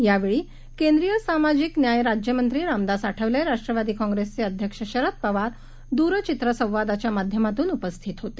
यावेळीकेंद्रीयसामाजिकन्यायराज्यमंत्रीरामदासआठवले राष्ट्रवादीकाँग्रेसचेअध्यक्षशरदपवारदूरचित्रसंवादाच्यामाध्यमातूनउपस्थितहोते